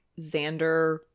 xander